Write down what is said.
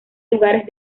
lugares